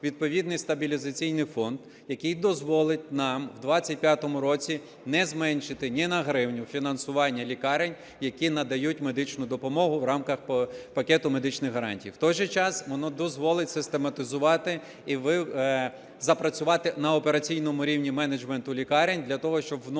відповідний стабілізаційний фонд, який дозволить нам у 25-му році не зменшити ні на гривню фінансування лікарень, які надають медичну допомогу в рамках пакету медичних гарантій. В той же час воно дозволить систематизувати… запрацювати на операційному рівні менеджменту лікарень для того, щоб вносилися